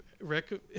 Rick